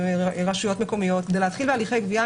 רשויות מקומיות של גבייה,